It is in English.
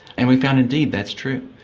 and we found indeed that's true.